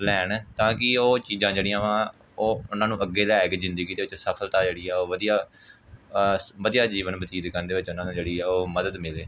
ਲੈਣ ਤਾਂ ਕਿ ਉਹ ਚੀਜ਼ਾਂ ਜਿਹੜੀਆਂ ਵਾ ਉਹ ਉਹਨਾਂ ਨੂੰ ਅੱਗੇ ਲੈ ਕੇ ਜ਼ਿੰਦਗੀ ਦੇ ਵਿੱਚ ਸਫਲਤਾ ਜਿਹੜੀ ਆ ਉਹ ਵਧੀਆ ਵਧੀਆ ਜੀਵਨ ਬਤੀਤ ਕਰਨ ਦੇ ਵਿੱਚ ਉਹਨਾਂ ਦਾ ਜਿਹੜੀ ਆ ਉਹ ਮਦਦ ਮਿਲੇ